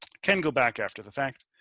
ken go back after the fact.